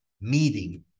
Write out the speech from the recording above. meeting